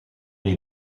dei